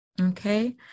okay